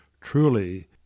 truly